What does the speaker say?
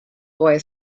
boy